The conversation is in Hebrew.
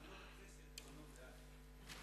טחנות הכנסת טוחנות לאט.